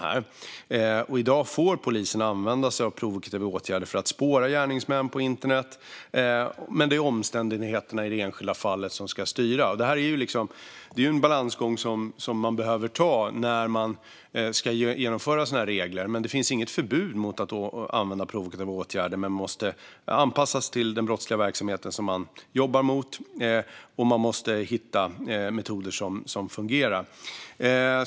I dag får polisen använda sig av provokativa åtgärder för att spåra gärningsmän på internet, men det är omständigheterna i det enskilda fallet som ska styra. Det är en balansgång som behövs när man ska genomföra sådana här åtgärder. Det finns inget förbud mot att använda provokativa åtgärder, men de måste anpassas till den brottsliga verksamhet som man jobbar mot, och man måste hitta metoder som fungerar.